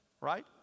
Right